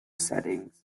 settings